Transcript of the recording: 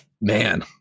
Man